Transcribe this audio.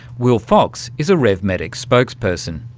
will fox is a revmedx spokesperson.